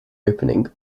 opening